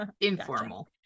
informal